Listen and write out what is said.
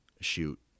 shoot